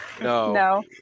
No